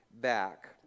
back